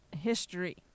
history